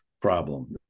problem